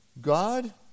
God